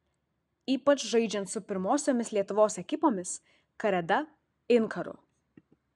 ypač žaidžiant su pirmosiomis lietuvos ekipomis kareda inkaru